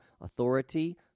authority